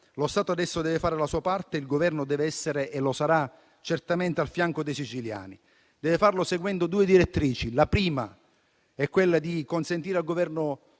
Lo Stato adesso deve fare la sua parte; il Governo deve essere - e lo sarà certamente - al fianco dei siciliani, e deve farlo seguendo due direttrici: la prima è quella di intervenire con